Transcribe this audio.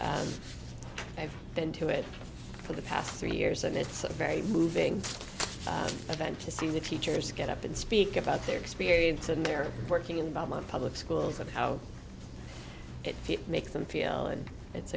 i've been to it for the past three years and it's a very moving event to see the teachers get up and speak about their experience and their working environment public schools and how it makes them feel and it's